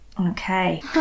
Okay